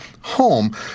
home